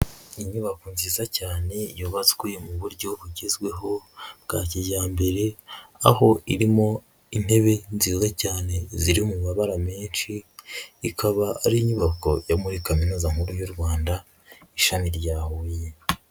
Inyubako nziza cyane yubatswe mu buryo bugezweho bwa kijyambere, aho irimo intebe nziza cyane ziri mu mabara menshi, ikaba ari inyubako yo muri kaminuza nkuru y'u Rwanda ishami rya Huye.